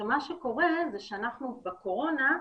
בתקופת הקורונה,